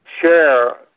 share